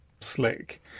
slick